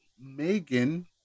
Megan